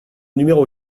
numéro